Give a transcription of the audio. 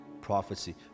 prophecy